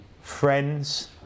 friends